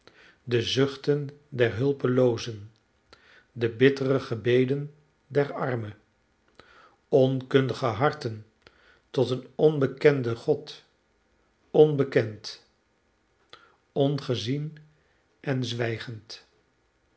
de zuchten der hulpeloozen de bittere gebeden der arme onkundige harten tot een onbekenden god onbekend ongezien en